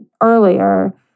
earlier